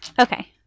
Okay